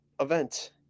event